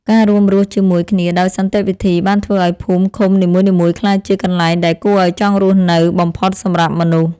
ការរួមរស់ជាមួយគ្នាដោយសន្តិវិធី បានធ្វើឱ្យភូមិឃុំនីមួយៗក្លាយជាកន្លែងដែលគួរឱ្យចង់រស់នៅបំផុតសម្រាប់មនុស្ស។